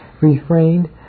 refrained